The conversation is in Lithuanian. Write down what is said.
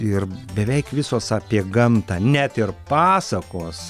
ir beveik visos apie gamtą net ir pasakos